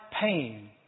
pain